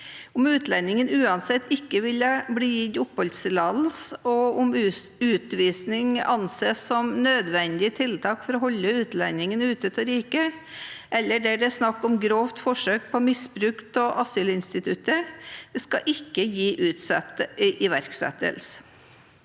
Om utlendingen uansett ikke ville bli gitt oppholdstillatelse, om utvisning anses som et nødvendig tiltak for å holde utlendingen ute av riket, eller om det er snakk om grovt forsøk på misbruk av asylinstituttet, skal det ikke gis utsatt iverksettelse.